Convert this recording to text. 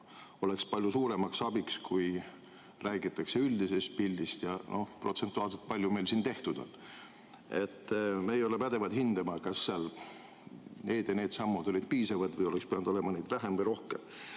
Oleks palju suuremaks abiks, kui räägitaks üldisest pildist ja sellest, kui palju protsentuaalselt meil siin tehtud on. Me ei ole pädevad hindama, kas need ja need sammud olid piisavad või oleks pidanud olema neid vähem või rohkem.